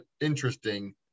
interesting